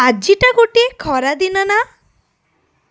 ଆଜିଟା ଗୋଟିଏ ଖରାଦିନ ନା